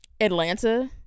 Atlanta